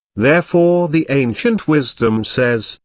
therefore the ancient wisdom says,